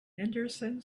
henderson